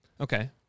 Okay